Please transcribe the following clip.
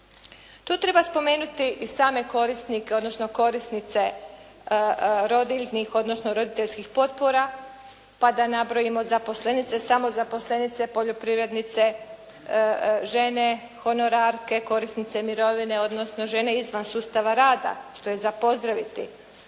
To treba spomenuti i same korisnike, odnosno korisnice rodiljnih, odnosno roditeljskih potpora, pa da nabrojimo zaposlenice, samozaposlenice, poljoprivrednice, žene honorarke, korisnice mirovine, odnosno žene izvan sustava rada, što je za pozdraviti,